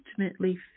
ultimately